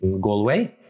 Galway